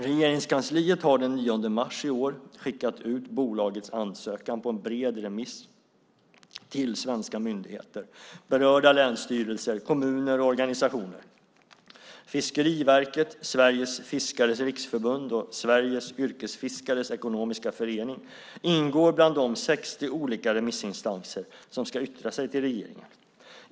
Regeringskansliet har den 9 mars i år skickat ut bolagets ansökan på en bred remiss till svenska myndigheter, berörda länsstyrelser, kommuner och organisationer. Fiskeriverket, Sveriges fiskares riksförbund och Sveriges yrkesfiskares ekonomiska förening ingår bland de 60 olika remissinstanser som ska yttra sig till regeringen.